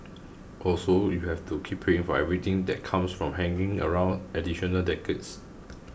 also you have to keep paying for everything that comes from hanging around additional decades